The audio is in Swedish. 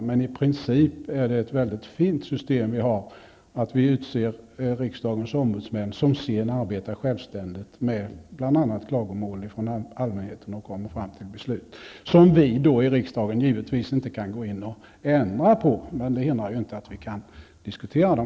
Men i princip är det ett mycket fint system vi har, att vi utser riksdagens ombudsmän, som sedan arbetar självständigt med bl.a. klagomål från allmänheten och kommer fram till beslut -- som vi i riksdagen givetvis inte kan ändra på. Det hindrar självfallet inte att vi kan diskutera dem.